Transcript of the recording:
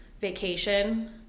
vacation